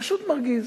פשוט מרגיז.